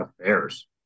Affairs